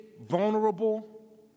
Vulnerable